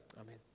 Amen